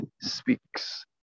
speaks